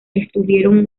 estuvieron